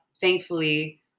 thankfully